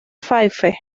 fife